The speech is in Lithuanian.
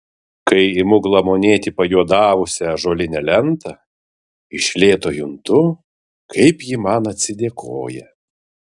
kai imu glamonėti pajuodavusią ąžuolinę lentą iš lėto juntu kaip ji man atsidėkoja